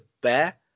bear